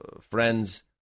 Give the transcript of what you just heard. Friends